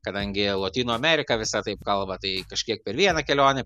kadangi lotynų amerika visa taip kalba tai kažkiek per vieną kelionę